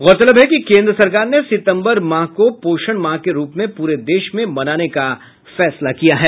गौरतलब है कि केंद्र सरकार ने सितंबर माह को पोषण माह के रूप में पूरे देश में मनाने का फैसला किया है